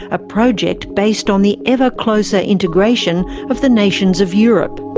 a project based on the ever closer integration of the nations of europe.